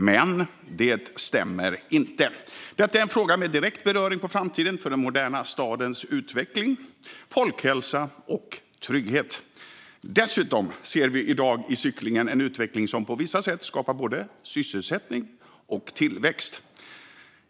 Men det stämmer inte. Detta är en fråga med direkt beröring på framtiden för den moderna stadens utveckling, folkhälsa och trygghet. Dessutom ser vi i dag i cyklingen en utveckling som på vissa sätt skapar både sysselsättning och tillväxt.